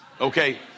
okay